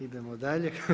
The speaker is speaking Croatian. Idemo dalje.